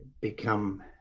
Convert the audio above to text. become